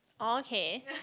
okay